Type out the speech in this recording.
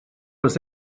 was